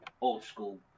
old-school